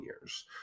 years